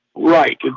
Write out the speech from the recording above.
right.